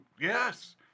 yes